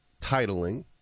titling